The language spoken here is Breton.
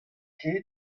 kae